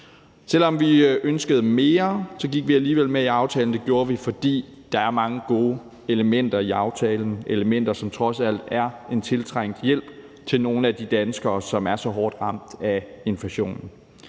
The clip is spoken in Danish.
Selv om vi ønskede mere, gik vi alligevel med i aftalen. Det gjorde vi, fordi der er mange gode elementer i aftalen – elementer, som trods alt er en tiltrængt hjælp til nogle af de danskere, som er så hårdt ramt af inflationen.